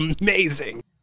amazing